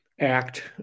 act